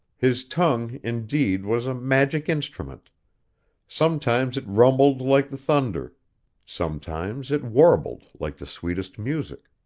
his tongue, indeed, was a magic instrument sometimes it rumbled like the thunder sometimes it warbled like the sweetest music.